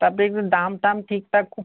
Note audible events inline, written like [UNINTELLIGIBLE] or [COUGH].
তা আপনি একটু দাম টাম ঠিকঠাক [UNINTELLIGIBLE]